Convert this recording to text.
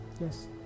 yes